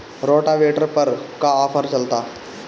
Rotavator पर का offer चलता?